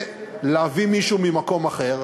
מישהו ממקום אחר,